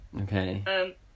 Okay